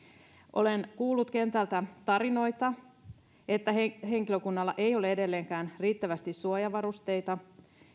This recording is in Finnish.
olen kuullut kentältä tarinoita että henkilökunnalla ei ole edelleenkään riittävästi suojavarusteita